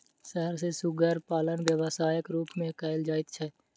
शहर मे सुग्गर पालन व्यवसायक रूप मे कयल जाइत छै